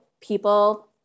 people